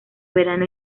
verano